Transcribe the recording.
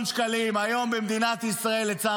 אדון שקלים, קילו פרגיות --- סימון, אתה טועה.